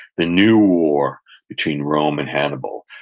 the new war between rome and hannibal,